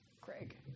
Craig